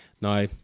Now